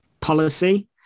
policy